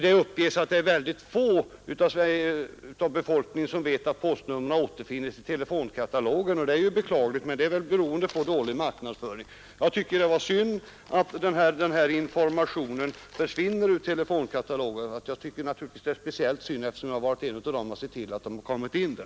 Det uppges att det är mycket få bland befolkningen som vet att postnumren återfinns i telefonkata Nr 41 logen, och det är ju beklagligt; det beror väl på dålig marknadsföring. Onsdagen den Att den här informationen försvinner ur telefonkatalogen tycker jag är 15 mars 1972 synd, och det tycker jag naturligtvis speciellt därför att jag varit en av ——— dem som sett till att den kommit in där.